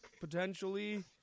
potentially